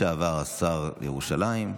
לשעבר השר לירושלים.